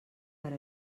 per